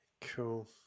cool